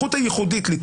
ופלא,